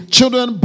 Children